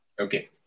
Okay